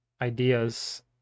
ideas